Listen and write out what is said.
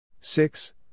six